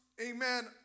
Amen